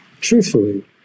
truthfully